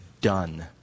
done